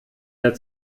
der